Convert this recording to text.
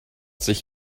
sich